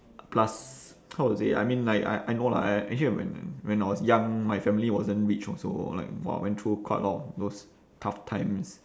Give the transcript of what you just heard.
plus how to say I mean like I I know lah actually when when I was young my family wasn't rich also like !wah! went through quite a lot of those tough times